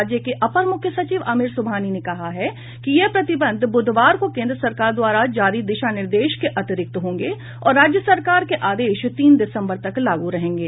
राज्य के अपर मुख्य सचिव आमिर सुबहानी ने कहा कि ये प्रतिबंध बुधवार को केन्द्र सरकार द्वारा जारी दिशा निर्देशों के अतिरिक्त होंगे और राज्य सरकार के आदेश तीन दिसम्बर तक लागू रहेंगे